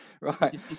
right